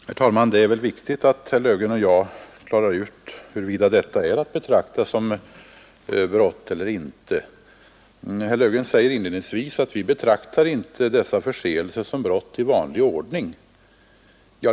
Herr talman! Det är viktigt att herr Löfgren och jag klarar ut huruvida detta är att betrakta som brott eller inte. Herr Löfgren sade inledningsvis att vi inte betraktar dessa förseelser som brott i vanlig ordning.